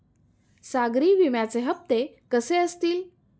सागरी विम्याचे हप्ते कसे असतील?